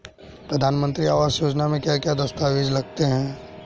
प्रधानमंत्री आवास योजना में क्या क्या दस्तावेज लगते हैं?